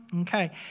okay